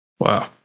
Wow